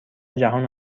جهان